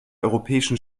europäischen